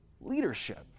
leadership